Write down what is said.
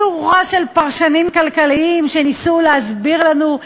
גייסו לטובתם שורה של פרשנים כלכליים שניסו להסביר לנו.